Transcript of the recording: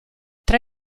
tra